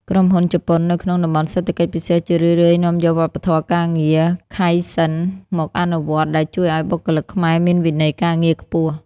ក្រុមហ៊ុនជប៉ុននៅក្នុង តំបន់សេដ្ឋកិច្ចពិសេស ជារឿយៗនាំយកវប្បធម៌ការងារ "Kaizen" មកអនុវត្ត ដែលជួយឱ្យបុគ្គលិកខ្មែរមានវិន័យការងារខ្ពស់។